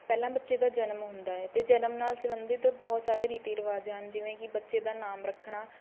ਪਹਿਲਾਂ ਬੱਚੇ ਦਾ ਜਨਮ ਹੁੰਦਾ ਹੈ ਅਤੇ ਜਨਮ ਨਾਲ਼ ਸੰਬੰਧਿਤ ਬਹੁਤ ਸਾਰੇ ਰੀਤੀ ਰਿਵਾਜ ਹਨ ਜਿਵੇਂ ਕਿ ਬੱਚੇ ਦਾ ਨਾਮ ਰੱਖਣਾ